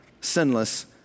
sinless